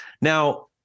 Now